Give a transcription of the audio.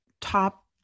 top